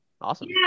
Awesome